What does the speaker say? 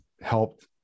helped